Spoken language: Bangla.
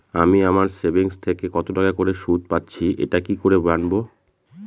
আমি আমার সেভিংস থেকে কতটাকা করে সুদ পাচ্ছি এটা কি করে জানব?